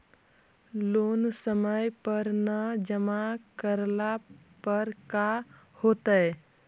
Loan समय पर न जमा करला पर का होतइ?